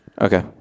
Okay